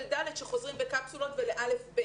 ג'-ד' שחוזרים בקפסולות ולכיתות א'-ב',